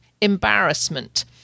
embarrassment